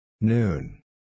Noon